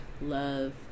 Love